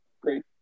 great